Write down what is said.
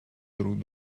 друг